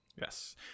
Yes